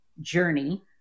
journey